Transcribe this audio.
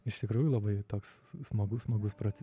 iš tikrųjų labai toks smagus smogus proce